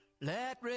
let